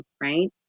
right